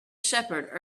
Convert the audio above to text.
shepherd